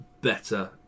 better